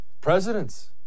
presidents